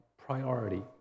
priority